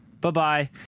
Bye-bye